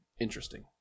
interesting